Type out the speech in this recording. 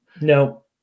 No